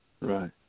Right